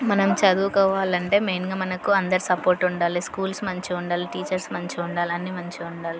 మనం చదువుకోవాలి అంటే మెయిన్గా మనకు అందరి సపోర్ట్ ఉండాలి స్కూల్స్ మంచిగా ఉండాలి టీచర్స్ మంచిగా ఉండాలి అన్నీ మంచిగా ఉండాలి